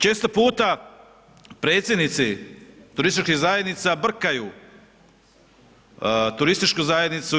Često puta predsjednici turističkih zajednica brkaju turističku agenciju.